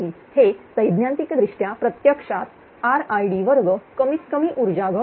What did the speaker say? हे सैद्धांतिकदृष्ट्या प्रत्यक्षात RId2 कमीत कमी उर्जा घट आहे